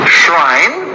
shrine